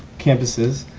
campuses.